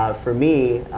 ah for me,